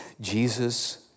Jesus